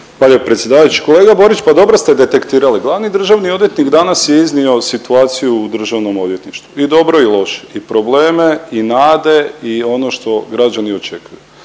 lijepo predsjedavajući. Kolega Borić pa dobro ste detektirali, glavni državni odvjetnik danas je iznio situaciju u državnom odvjetništvu i dobro i loše i probleme i nade i ono što građani očekuju.